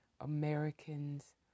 Americans